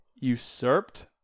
usurped